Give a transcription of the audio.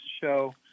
show